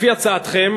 לפי הצעתכם,